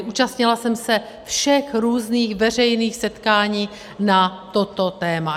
Účastnila jsem se všech různých veřejných setkání na toto téma.